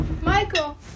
Michael